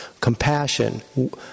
compassion